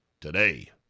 today